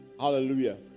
Hallelujah